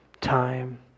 time